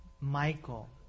Michael